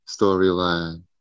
storyline